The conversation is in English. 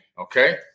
okay